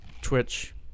Twitch